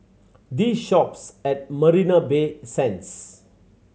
The Shoppes at Marina Bay Sands